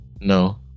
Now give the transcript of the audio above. No